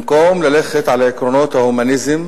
במקום ללכת על עקרונות ההומניזם